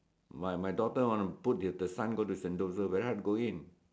my daughter want to put the son to Saint Joseph very hard to go in